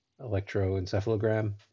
electroencephalogram